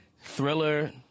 thriller